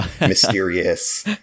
mysterious